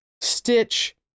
Stitch